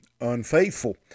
unfaithful